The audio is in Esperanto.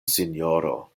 sinjoro